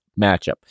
matchup